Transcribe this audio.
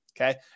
okay